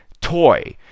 toy